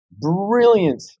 brilliant